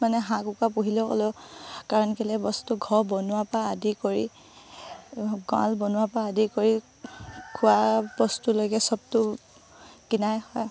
মানে হাঁহ কুকুৰা পুহিলেও হ'লেও কাৰণ কেলৈ বস্তু ঘৰ বনোৱাৰপৰা আদি কৰি গঁৰাল বনোৱাৰপৰা আদি কৰি খোৱা বস্তুলৈকে চবটো কিনাই হয়